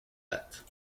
date